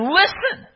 listen